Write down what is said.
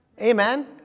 Amen